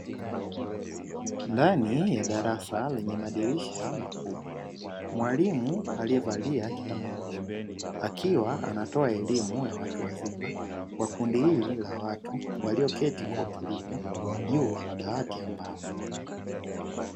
Ndani ya darasa lenye madirisha makubwa mwalimu aliyevalia kitambaa, akiwa anatoa elimu ya watu wazima kwa kundi hili la watu walioketi kwa utulivu juu ya madawati ya mbao.